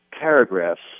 paragraphs